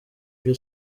byo